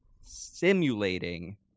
simulating